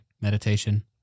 meditation